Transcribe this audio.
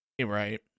Right